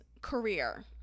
career